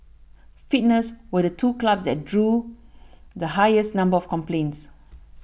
fitness were the two clubs that drew the highest number of complaints